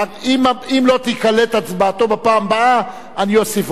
אם לא תיקלט הצבעתו בפעם הבאה, אני אוסיף אותו.